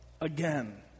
again